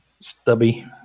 stubby